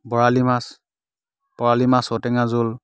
বৰালি মাছ বৰালি মাছ ঔটেঙাৰ জোল